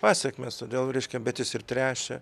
pasekmes todėl reiškia bet jis ir tręšia